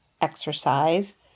exercise